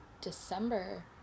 December